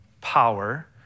Power